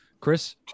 Chris